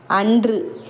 அன்று